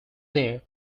there